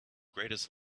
greatest